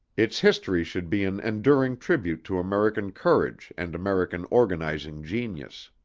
its history should be an enduring tribute to american courage and american organizing genius.